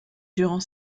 durant